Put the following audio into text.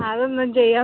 അത് ഒന്നും ചെയ്യാൻ